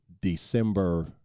December